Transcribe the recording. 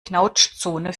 knautschzone